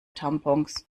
tampons